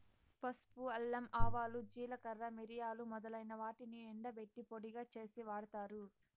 పసుపు, అల్లం, ఆవాలు, జీలకర్ర, మిరియాలు మొదలైన వాటిని ఎండబెట్టి పొడిగా చేసి వాడతారు